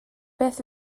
beth